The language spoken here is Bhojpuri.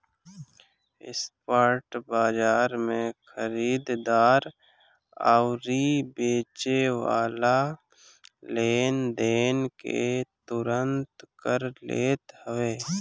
स्पॉट बाजार में खरीददार अउरी बेचेवाला लेनदेन के तुरंते कर लेत हवे